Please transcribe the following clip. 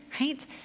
right